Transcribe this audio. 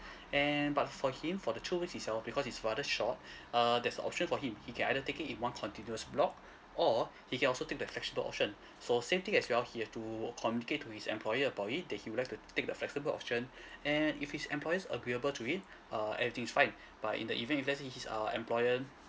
and but for him for the two weeks itself because it's rather short uh there's a option for him he can either take it in one continuous block or he can also take the flexible option so same thing as well he has to communicate to his employer about it that he'd like to take the flexible option and if his employer's agreeable to it uh everything is fine but in the event if let's say his uh employer